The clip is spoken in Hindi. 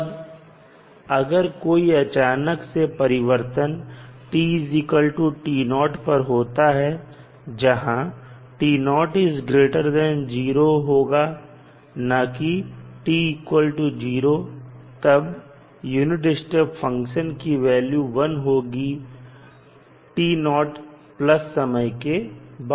अब अगर कोई अचानक से परिवर्तन पर होता है जहां 0 होगा ना कि t0 तब यूनिट स्टेप फंक्शन की वैल्यू 1 होगी समय के बाद